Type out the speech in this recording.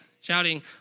shouting